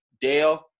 Dale